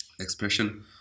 expression